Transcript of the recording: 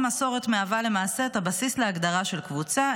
המסורת מהווה למעשה את הבסיס להגדרה של קבוצה,